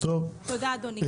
תודה, אדוני.